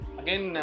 again